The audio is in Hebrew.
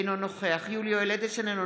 אינו נוכח יולי יואל אדלשטיין,